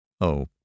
Oh